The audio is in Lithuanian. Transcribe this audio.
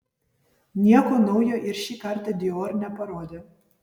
nieko naujo ir šį kartą dior neparodė